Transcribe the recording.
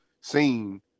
scene